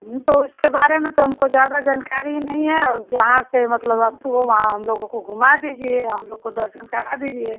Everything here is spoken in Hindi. नहीं तो इसके बारे में तो हमको ज़्यादा जानकारी ही नहीं है और जहाँ से मतलब आपको हो वहाँ हम लोगों को घुमा दीजिए हम लोग को दर्शन करा दीजिए